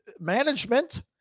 Management